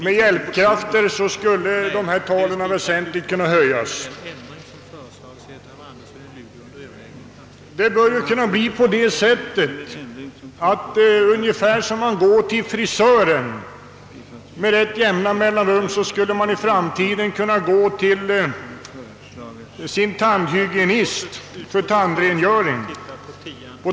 Med hjälpkrafter skulle antalet väsentligt kunna ökas. Det borde kunna bli så att man, på samma sätt som man nu med vissa mellanrum går till sin frisör, i framtiden skall kunna gå också till sin tandhygienist för tandrengöring.